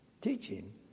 teaching